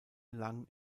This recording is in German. lang